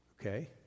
Okay